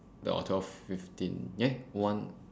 or twelve fifteen eh one